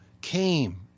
came